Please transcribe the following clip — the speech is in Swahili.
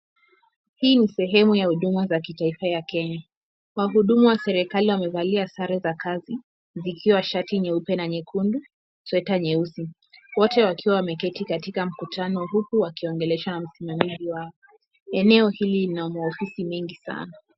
Hii ni seheme za huduma za kitaifa ya Kenya. Wahudumu wa serikali wamevalia sare za kazi na ikiwa shati nyeupe na nyekundu, sweta nyeusi. Wote wakiwa wameketi katika mkutano huku wakiongeleshwa na msimamizi wao. Eneo hili lina maofisi mengi sana.